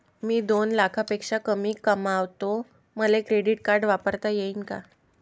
मी दोन लाखापेक्षा कमी कमावतो, मले क्रेडिट कार्ड वापरता येईन का?